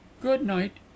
good-night